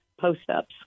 post-ups